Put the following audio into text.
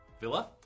Villa